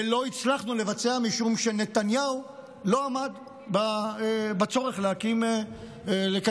ולא הצלחנו לבצע משום שנתניהו לא עמד בצורך לקיים תקציב.